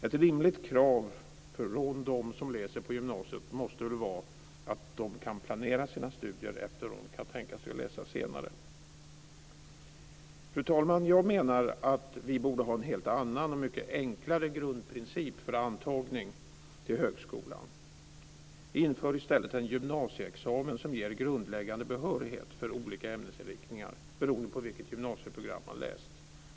Ett rimligt krav från dem som läser på gymnasiet måste väl vara att de kan planera sina studier efter vad de kan tänka sig att läsa senare. Fru talman! Jag menar att vi borde ha en helt annan och mycket enklare grundprincip för antagning till högskolan. Inför i stället en gymnasieexamen som ger grundläggande behörighet för olika ämnesinriktningar, beroende på vilket gymnasieprogram man läser!